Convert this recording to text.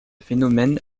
phénomène